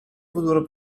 futuro